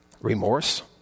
remorse